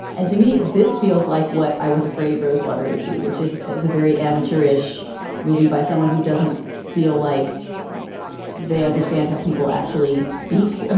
and to me, this feels like what i was afraid rosewater would be, which is a very amateurish movie by someone who doesn't feel like they understand how people actually speak,